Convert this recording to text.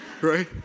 right